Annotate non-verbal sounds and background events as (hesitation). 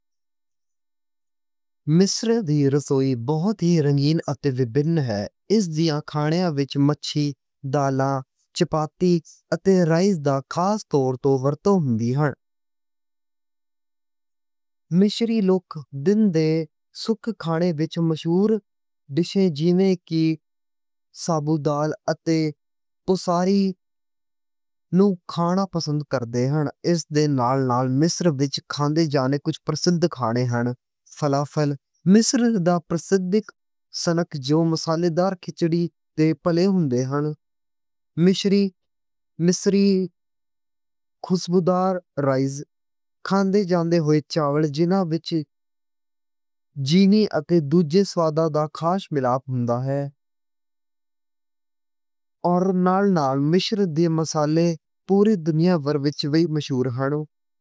مصر دی رسوئی بہت ہی رنگین اتے وکھری اے۔ اس دیاں کھانیاں وچ دالاں، چپاتی اتے رائس دا خاص طور تے ورتوں ہوندی نیں۔ (hesitation) مصری لوگ دن دے سک کھانے وچ مشہور ڈشاں جیویں کہ کوشری، فول مدامس اتے فلافل (hesitation) نوں کھانا پسند کردے نیں۔ اس دے نال نال مصر وچ کھادی جاندی کچھ مشہور کھانیاں نیں۔ مصر دا مشہور سنیک فلافل ہے۔ (hesitation) مصری چاول کھادے جاندے ہوئے، ملوخیا جیویں ڈشاں اتے ہور ذائقے دا خاص مل ہوندا اے۔ اتے نال نال مصری مصالحے ساری دنیا وچ وی مشہور نیں۔